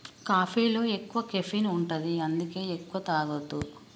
కాఫీలో ఎక్కువ కెఫీన్ ఉంటది అందుకే ఎక్కువ తాగొద్దు